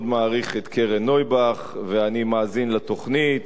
מעריך את קרן נויבך ואני מאזין לתוכנית,